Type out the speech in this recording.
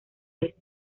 vez